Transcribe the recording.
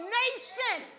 nation